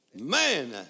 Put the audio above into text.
Man